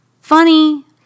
Funny